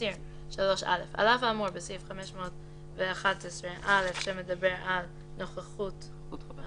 האסיר 3. (א) על אף האמור בסעיף 511(א)" שמדבר על נוכחות האסיר,